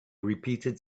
repeated